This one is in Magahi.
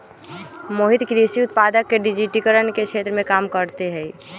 मोहित कृषि उत्पादक के डिजिटिकरण के क्षेत्र में काम करते हई